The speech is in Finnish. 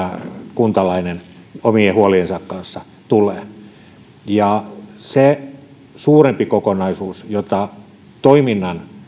kuntalainen omien huoliensa kanssa tulee se suurempi kokonaisuus jota toiminnan